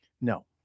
No